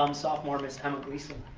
um sophomore ms. emma gleason.